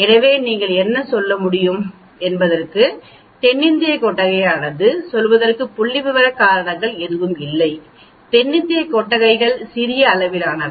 எனவே நீங்கள் என்ன சொல்ல முடியும் என்பது தென்னிந்திய கொட்டகையானது சொல்வதற்கு புள்ளிவிவர காரணங்கள் எதுவும் இல்லை தென்னிந்திய கொட்டகைகள் சிறிய அளவிலானவை